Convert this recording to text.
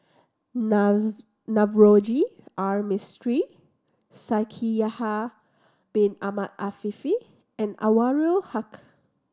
Navroji R Mistri Shaikh Yahya Bin Ahmed Afifi and Anwarul Haque